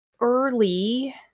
early